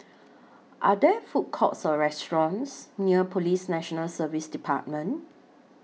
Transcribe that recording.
Are There Food Courts Or restaurants near Police National Service department